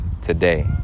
today